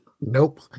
Nope